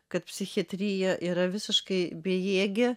kad psichiatrija yra visiškai bejėgė